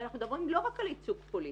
ואנחנו מדברים לא רק על ייצוג פוליטי,